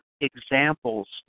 examples